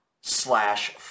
slash